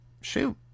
Shoot